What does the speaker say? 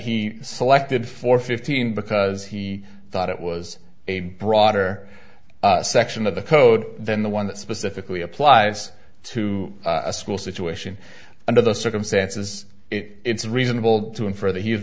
he selected for fifteen because he thought it was a broader section of the code than the one that specifically applies to a school situation under the circumstances it's reasonable to infer that he